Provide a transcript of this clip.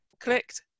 clicked